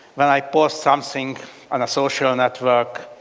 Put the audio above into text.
when i post something on a social network,